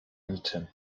niczym